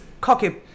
cocky